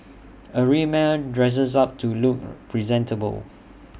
A real man dresses up to look presentable